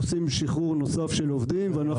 עושים שחרור נוסף של עובדים.